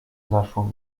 zaszło